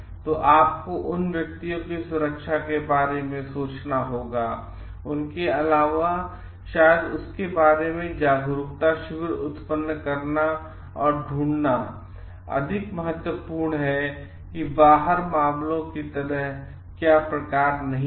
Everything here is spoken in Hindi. तो आपको उन व्यक्तियों की सुरक्षा के बारे में सोचना होगा इसके अलावा और शायद इसके बारे में जागरूकता शिविर उत्पन्न करना और ढूंढना अधिक महत्वपूर्ण है बाहर क्या मामलों में की तरह है और क्या प्रकार नहीं है